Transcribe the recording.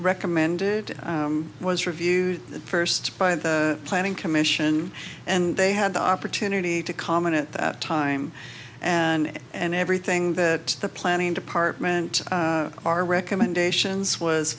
recommend was view first by the planning commission and they had the opportunity to comment at that time and and everything that the planning department our recommendations was